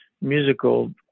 musical